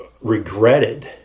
regretted